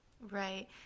Right